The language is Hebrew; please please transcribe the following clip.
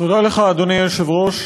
תודה לך, אדוני היושב-ראש,